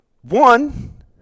One